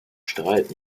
streit